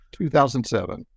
2007